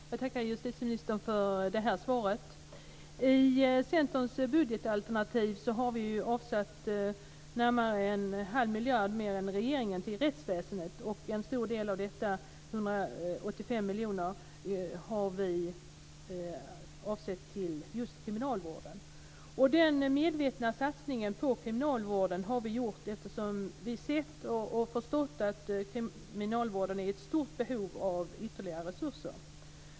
Fru talman! Jag tackar justitieministern för svaret. I Centerns budgetalternativ har vi avsatt närmare en halv miljard mer än regeringen till rättsväsendet. En stor del av detta, 185 miljoner, har vi avsatt just till kriminalvården. Denna medvetna satsning på kriminalvården har vi gjort eftersom vi sett och förstått att kriminalvården är i stort behov av ytterligare resurser.